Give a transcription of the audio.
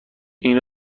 این